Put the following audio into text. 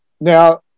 now